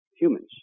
humans